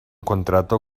contrato